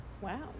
Wow